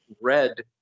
red